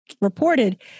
reported